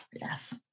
yes